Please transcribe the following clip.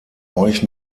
euch